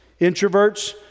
introverts